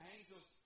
Angels